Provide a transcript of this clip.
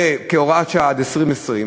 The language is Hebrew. וכהוראת שעה עד 2020,